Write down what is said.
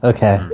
Okay